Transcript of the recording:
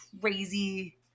crazy